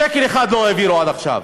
שקל אחד לא העבירו עד עכשיו.